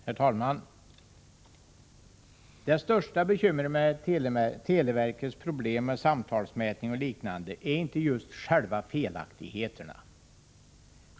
Herr talman! Det största bekymret med televerkets problem med samtalsmätning och liknande är inte felaktigheterna som sådana.